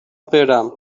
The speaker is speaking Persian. برم